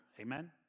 amen